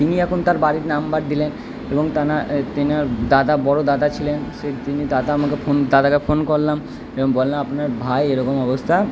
তিনি এখন তার বাড়ির নম্বর দিলেন এবং তেনার দাদা বড়ো দাদা ছিলেন সেই তিনি দাদা আমাকে ফোন দাদাকে ফোন করলাম এবং বললাম আপনার ভাই এরকম অবস্থা